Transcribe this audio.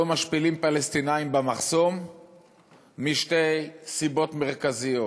לא משפילים פלסטינים במחסום משתי סיבות מרכזיות: